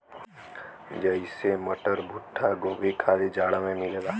जइसे मटर, भुट्टा, गोभी खाली जाड़ा मे मिलला